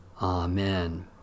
Amen